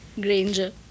Granger